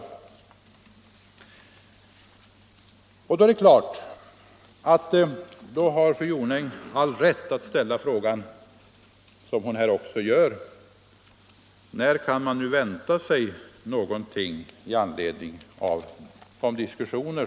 Det är klart att fru Jonäng har all rätt att ställa frågan, vilket hon ju också gör. När kan man vänta sig något resultat?